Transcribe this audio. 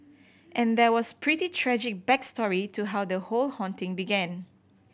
and there was pretty tragic back story to how the whole haunting began